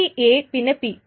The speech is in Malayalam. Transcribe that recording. കാരണം സി എ പിന്നെ പി